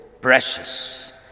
precious